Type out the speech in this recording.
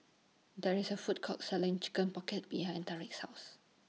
There IS A Food Court Selling Chicken Pocket behind Tarik's House